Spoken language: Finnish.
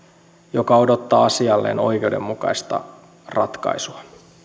joka odottaa asialleen oikeudenmukaista ratkaisua